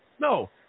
No